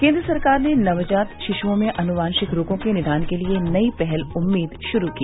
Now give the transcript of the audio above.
केन्द्र सरकार ने नवजात शिशुओं में आनुवंशिक रोगों के निदान के लिए नई पहल उम्मीद शुरू की